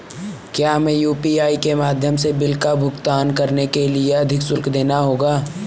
क्या हमें यू.पी.आई के माध्यम से बिल का भुगतान करने के लिए अधिक शुल्क देना होगा?